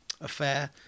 affair